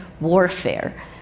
warfare